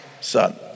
son